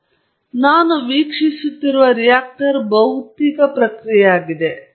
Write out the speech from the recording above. ಈಗ ನಾನು ವೀಕ್ಷಿಸುತ್ತಿರುವ ರಿಯಾಕ್ಟರ್ ಭೌತಿಕ ಪ್ರಕ್ರಿಯೆಯಾಗಿದೆ